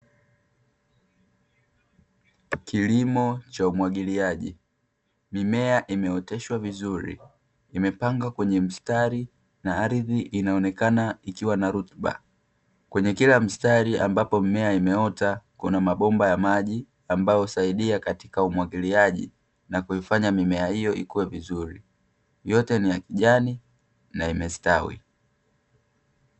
Kilimo cha umwagiliaji, mimea imeoteshwa vizuri imepangwa kwenye mstari na ardhi inaonekana ikiwa na rutuba. Kwenye kila mstari ambapo mimea imeota, kuna mabomba ya maji ambayo husaidia katika umwagiliaji, na kuifanya mimea hiyo ikue vizuri; yote ni ya kijani na imestawi.